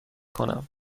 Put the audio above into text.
کنم